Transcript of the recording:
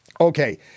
Okay